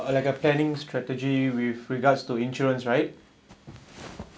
uh like a planning strategy with regards to insurance right